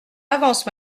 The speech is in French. avance